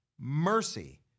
mercy